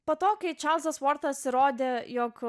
po to kai čarlzas vortas įrodė jog